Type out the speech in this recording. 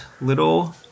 little